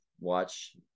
watch